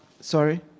Sorry